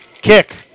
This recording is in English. Kick